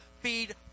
feed